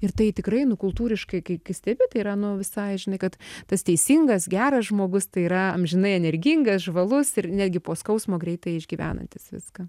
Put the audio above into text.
ir tai tikrai nu kultūriškai kai kai stebi tai yra nu visai žinai kad tas teisingas geras žmogus tai yra amžinai energingas žvalus ir netgi po skausmo greitai išgyvenantis viską